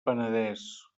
penedès